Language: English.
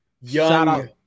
young